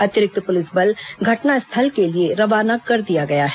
अतिरिक्त पुलिस बल घटनास्थल के लिए रवाना कर दिया गया है